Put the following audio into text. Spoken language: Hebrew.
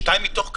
שניים מתוך כמה?